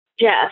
Jeff